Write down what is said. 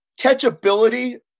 catchability